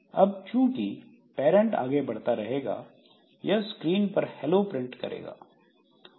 अब चूँकि पैरंट आगे बढ़ता रहेगा यह स्क्रीन पर हेलो प्रिंट करेगा